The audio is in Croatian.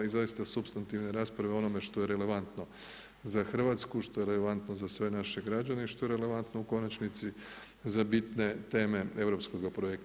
I zaista supstantivne rasprave o onome što je relevantno za Hrvatsku, što je relevantno za sve naše građane i što je relevantno u konačnici za bitne teme europskoga projekta.